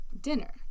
dinner